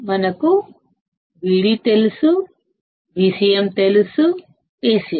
మనకు Vdతెలుసు Vcm తెలుసు Acm